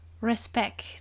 respect